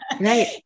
right